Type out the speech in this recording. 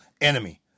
enemy